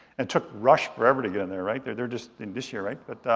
it took rush forever to get in there, right? they're they're just in this year, right? but